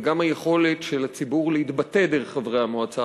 וגם היכולת של הציבור להתבטא דרך חברי המועצה